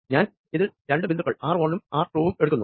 ഞാൻ ഇതിൽ രണ്ടു പോയിന്റുകൾ ആർ ഒന്നും ആർ രണ്ടും എടുക്കുന്നു